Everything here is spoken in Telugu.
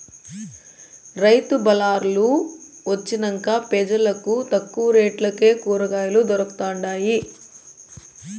రైతు బళార్లు వొచ్చినంక పెజలకు తక్కువ రేట్లకే కూరకాయలు దొరకతండాయి